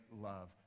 love